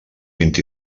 vint